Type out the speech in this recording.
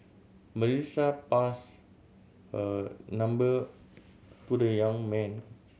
Melissa passed her number to the young man